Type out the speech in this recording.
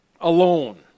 alone